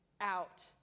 out